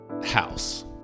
House